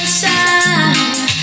side